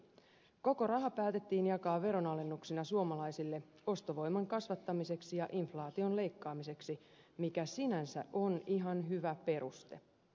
koko raha päätettiin jakaa veronalennuksina suomalaisille ostovoiman kasvattamiseksi ja inflaation leikkaamiseksi mikä sinänsä on ihan hyvä peruste